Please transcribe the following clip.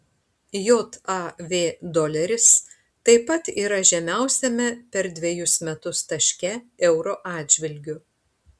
jav doleris taip pat yra žemiausiame per dvejus metus taške euro atžvilgiu